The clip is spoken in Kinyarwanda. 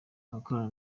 abakorana